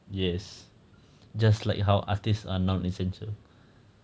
yes just like how artists are non-essential